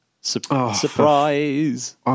Surprise